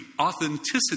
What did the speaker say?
authenticity